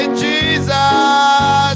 jesus